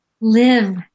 live